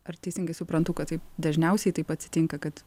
ar teisingai suprantu kad taip dažniausiai taip atsitinka kad